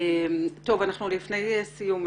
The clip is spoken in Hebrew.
אנחנו לפני סיום.